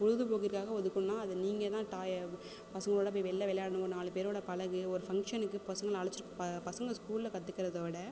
பொழுது போக்குற்காக ஒதுக்கணுன்னா அது நீங்கள் தான் டாயா பசங்களோடய போய் வெளியில் விளையாட்ணும் ஒரு நாலு பேரோடய பழகு ஒரு ஃபங்க்ஷனுக்கு பசங்களை அழைச்சிட்டு ப பசங்க ஸ்கூலில் கற்றுக்கறதவிட